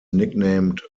nicknamed